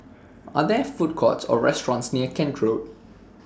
Are There Food Courts Or restaurants near Kent Road